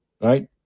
right